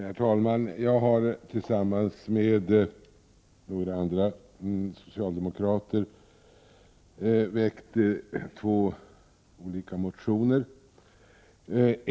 Herr talman! Jag har tillsammans med några andra socialdemokrater väckt två motioner.